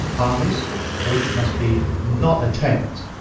armies which must be not attacked,